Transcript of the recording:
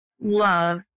love